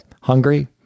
hungry